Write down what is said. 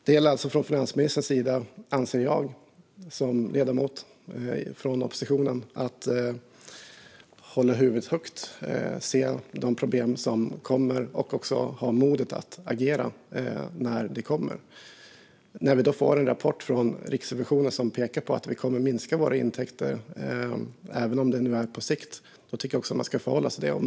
Som medlem av oppositionen anser jag därför att det gäller för finansministern att hålla huvudet högt, se de problem som kommer och ha mod att agera när de kommer. När vi får en rapport från Riksrevisionen där man pekar på att vi kommer att minska våra intäkter, även om det är på sikt, ska vi förhålla oss till det.